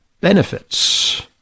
benefits